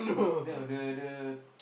no the the